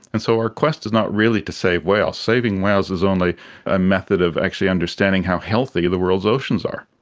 and so our quest is not really to save whales. saving whales is only a method of actually understanding how healthy the world's oceans are,